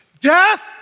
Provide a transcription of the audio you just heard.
death